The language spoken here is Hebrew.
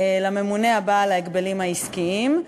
לממונה הבא על ההגבלים העסקיים.